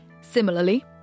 Similarly